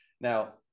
Now